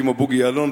כמו בוגי יעלון,